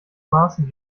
maßen